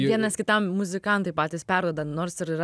vienas kitam muzikantai patys perduoda nors ir yra